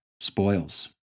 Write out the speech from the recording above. spoils